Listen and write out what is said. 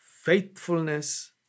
faithfulness